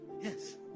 Yes